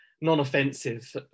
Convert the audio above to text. non-offensive